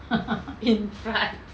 in france